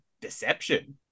deception